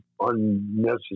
unnecessary